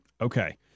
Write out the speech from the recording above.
Okay